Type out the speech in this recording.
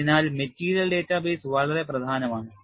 അതിനാൽ material data base വളരെ പ്രധാനമാണ്